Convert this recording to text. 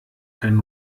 kein